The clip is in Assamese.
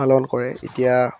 পালন কৰে এতিয়া